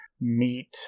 meet